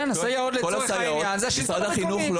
זה השלטון המקומי.